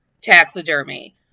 taxidermy